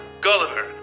Gulliver